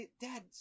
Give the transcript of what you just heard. dad